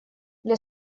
для